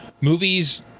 movies